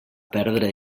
perdre